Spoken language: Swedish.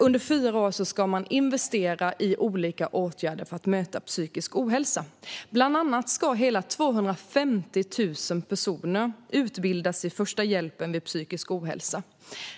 Under fyra år ska man investera i olika åtgärder för att möta psykisk ohälsa. Bland annat ska hela 250 000 personer utbildas i första hjälpen för psykisk ohälsa.